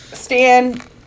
Stan